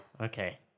Okay